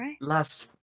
last